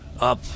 up